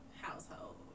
household